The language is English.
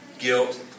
guilt